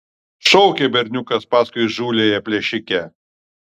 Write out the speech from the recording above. šaukė berniukas paskui įžūliąją plėšikę